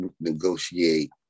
negotiate